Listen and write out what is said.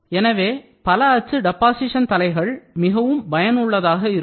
எனவே பல அச்சு டெபாசீஷன் தலைகள் மிகவும் பயனுள்ளதாக இருக்கும்